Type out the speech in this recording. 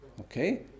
Okay